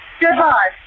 Goodbye